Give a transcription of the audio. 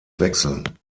wechseln